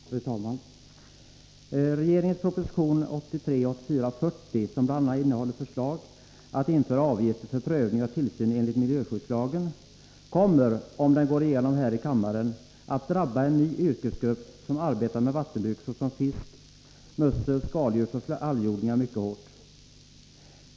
Fru talman! Regeringens proposition 1983/84:40, som bl.a. innehåller förslag om införande av avgifter för prövning och tillsyn enligt miljöskyddslagen, kommer — om den går igenom här i kammaren — att mycket hårt drabba en ny yrkesgrupp som arbetar med vattenbruk, som är den samlande benämningen på fisk-, mussel-, skaldjursoch algodling.